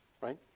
right